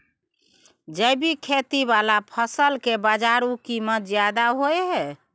जैविक खेती वाला फसल के बाजारू कीमत ज्यादा होय हय